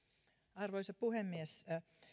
arvoisa puhemies